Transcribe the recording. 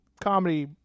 comedy